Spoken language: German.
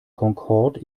concorde